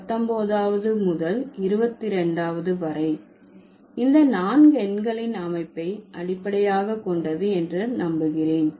19வது முதல் 22வது வரை இந்த நான்கு எண்களின் அமைப்பை அடிப்படையாக கொண்டது என்று நம்புகிறேன்